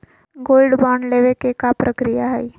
Gold bond लेवे के का प्रक्रिया हई?